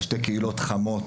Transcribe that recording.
שתי קהילות חמות,